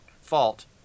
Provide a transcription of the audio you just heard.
fault